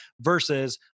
versus